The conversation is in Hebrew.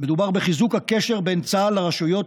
מדובר בחיזוק הקשר בין צה"ל לרשויות